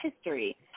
history